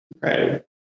right